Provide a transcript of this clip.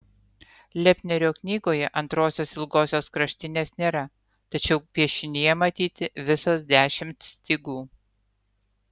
lepnerio knygoje antrosios ilgosios kraštinės nėra tačiau piešinyje matyti visos dešimt stygų